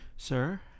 Sir